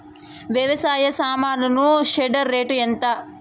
వ్యవసాయ సామాన్లు shredder rate ఎంత?